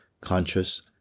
conscious